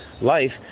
life